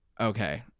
Okay